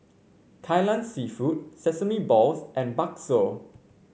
Kai Lan seafood Sesame Balls and Bakso